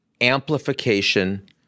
Amplification